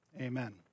Amen